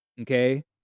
Okay